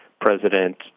President